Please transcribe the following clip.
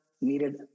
needed